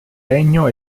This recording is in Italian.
legno